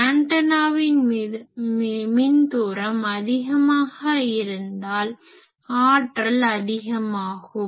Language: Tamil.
ஆன்டனாவின் மின் தூரம் அதிகமாக இருந்தால் ஆற்றல் அதிகமாகும்